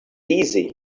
easy